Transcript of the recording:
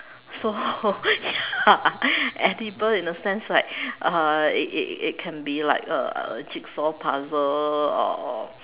so ya edible in a sense like uh it it it can be like a jigsaw puzzle or or